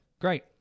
Great